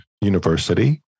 university